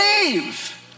Leave